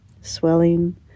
swelling